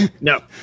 no